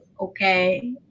okay